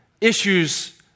issues